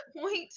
point